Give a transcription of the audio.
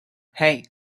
hey